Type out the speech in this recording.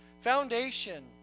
Foundation